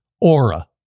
Aura